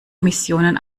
missionen